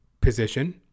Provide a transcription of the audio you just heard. position